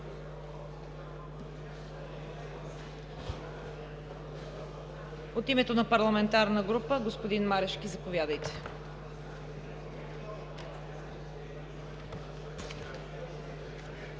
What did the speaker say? От името на парламентарна група – господин Марешки, заповядайте.